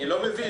אני לא מבין.